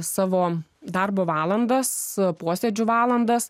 savo darbo valandas posėdžių valandas